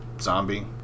zombie